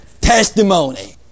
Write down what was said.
testimony